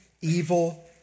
evil